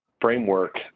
framework